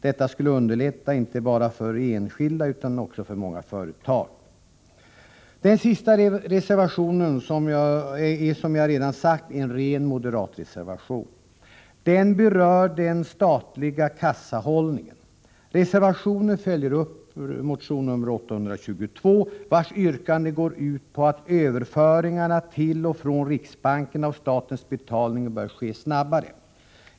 Detta skulle underlätta inte bara för enskilda utan också för många företag. Den sista reservationen är, som jag redan sagt, en ren moderatreservation. Den berör den statliga kassahållningen. Reservationen följer upp motion nr 822, vars yrkande går ut på att överföringarna till och från riksbanken av statens betalningar bör ske snabbare.